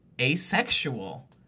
asexual